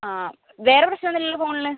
ആ വേറെ പ്രശ്നമൊന്നുമില്ലല്ലോ ഫോണിന്